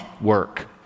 work